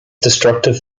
destructive